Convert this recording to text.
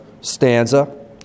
stanza